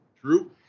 true